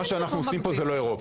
מה שאנו עושים פה זה לא אירופה.